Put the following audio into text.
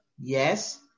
yes